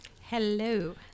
Hello